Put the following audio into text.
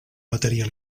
matèria